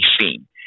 seen